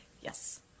Yes